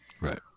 right